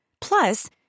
Plus